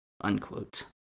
unquote